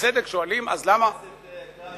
בצדק שואלים: אז למה, חבר הכנסת גפני,